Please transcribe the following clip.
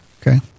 Okay